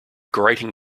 grating